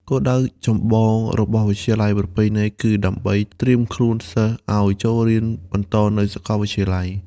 គោលដៅចម្បងរបស់វិទ្យាល័យប្រពៃណីគឺដើម្បីត្រៀមខ្លួនសិស្សឱ្យចូលរៀនបន្តនៅសាកលវិទ្យាល័យ។